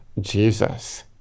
jesus